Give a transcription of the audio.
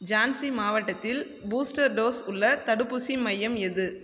ஜான்சி மாவட்டத்தில் booster dose உள்ள தடுப்பூசி மையம் எது